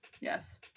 yes